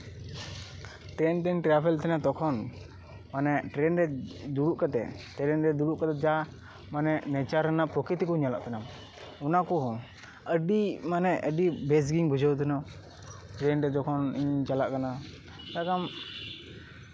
train ᱛᱤᱧ travel ᱛᱟᱦᱮᱸᱱᱟ ᱛᱚᱠᱷᱚᱱ ᱢᱟᱱᱮ ᱴᱨᱮᱱ ᱨᱮ ᱫᱩᱲᱩᱵ ᱠᱟᱛᱮ ᱴᱨᱮᱱ ᱨᱮ ᱫᱩᱲᱩᱵ ᱠᱟᱛᱮ ᱡᱟ ᱱᱮᱪᱟᱨ ᱨᱮᱱᱟᱜ ᱯᱨᱚᱠᱨᱤᱛᱤ ᱠᱚ ᱧᱮᱞᱚᱜ ᱛᱟᱦᱮᱸᱱᱚᱱᱟ ᱠᱚᱦᱚᱸ ᱢᱟᱱᱮ ᱟᱹᱰᱤ ᱢᱟᱱᱮ ᱟᱹᱰᱤ ᱵᱮᱥ ᱜᱤᱧ ᱵᱩᱡᱷᱟᱹᱣ ᱛᱟᱦᱮᱸᱱᱟ ᱴᱨᱮᱱ ᱨᱮ ᱡᱚᱠᱷᱚᱱ ᱤᱧᱤᱧ ᱪᱟᱞᱟᱜ ᱠᱟᱱᱟ ᱮᱠᱫᱚᱢ